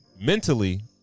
Mentally